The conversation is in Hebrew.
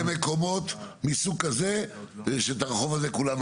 למקומות מסוג כזה שאת הרחוב הזה שכולנו